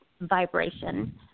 vibration